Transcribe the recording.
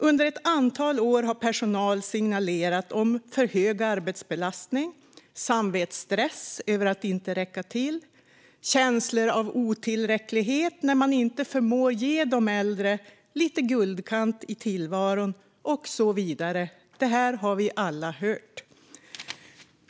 Under ett antal år har personal signalerat om för hög arbetsbelastning, samvetsstress över att inte räcka till, känslor av otillräcklighet när man inte förmår ge de äldre lite guldkant i tillvaron och så vidare. Det här har vi alla hört.